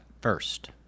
first